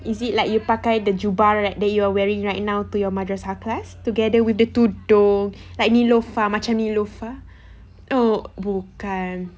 is it like you pakai the jubah right that you are wearing right now to your madrasah class together with the tudung like neelofa macam neelofa oh bukan